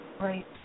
Right